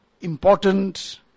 important